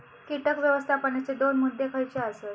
कीटक व्यवस्थापनाचे दोन मुद्दे खयचे आसत?